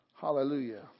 Hallelujah